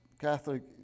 Catholic